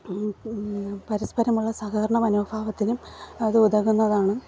പരസ്പരമുള്ള സഹകരണ മനോഭാവത്തിലും അത് ഉതകുന്നതാണ്